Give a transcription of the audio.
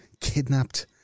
kidnapped